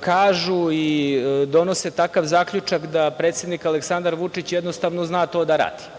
kažu i donose takav zaključak da predsednik Aleksandar Vučić jednostavno zna to da radi,